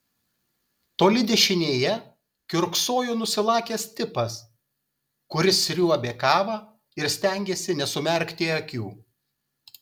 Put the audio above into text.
toli dešinėje kiurksojo nusilakęs tipas kuris sriuobė kavą ir stengėsi nesumerkti akių